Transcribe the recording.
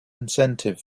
incentive